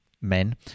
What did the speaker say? men